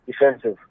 defensive